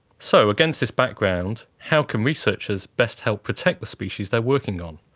so against this background how can researchers best help protect the species they are working on?